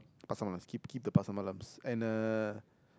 Pasar Malams keep keep the Pasar Malams and uh